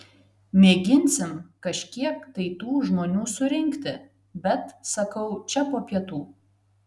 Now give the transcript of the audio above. mėginsim kažkiek tai tų žmonių surinkti bet sakau čia po pietų